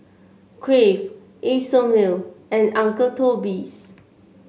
Crave Isomil and Uncle Toby's